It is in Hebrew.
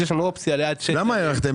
כשיש לנו אופציה להאריך עד --- למה הארכתם